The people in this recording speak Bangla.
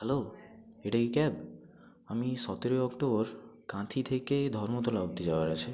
হ্যালো এটা কি ক্যাব আমি সতেরোই অক্টোবর কাঁথি থেকে ধর্মতলা অবধি যাওয়ার আছে